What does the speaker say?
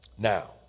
Now